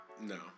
No